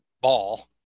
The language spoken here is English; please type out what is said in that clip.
ball